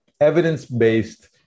evidence-based